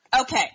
Okay